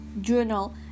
journal